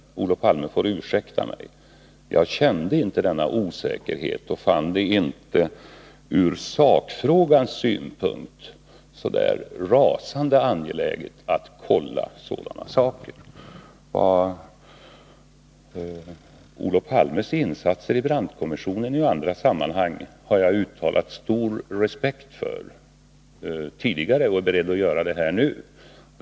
Olof Palme får ursäkta mig. Jag kände inte denna osäkerhet och fann det inte med hänsyn till sakfrågan så där rasande angeläget att kontrollera sådana saker. Olof Palmes insatser i Brandtkommissionen och i andra sammanhang har jag uttalat stor respekt för tidigare och är beredd att göra det nu också.